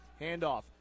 Handoff